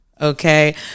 Okay